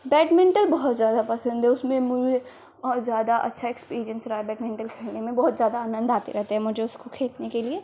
badminton बहुत ज़्यादा पसन्द है उसमें मुझे बहुत ज़्यादा अच्छा एक्सपीरिएन्स रहा बैडमिन्टन खेलने में बहुत ज़्यादा आनन्द आता रहता है मुझे उसको खेलने के लिए